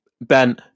Ben